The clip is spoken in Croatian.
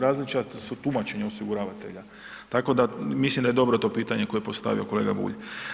Različita su tumačenja osiguravatelja, tako da mislim da je dobro to pitanje koje je postavio kolega Bulj.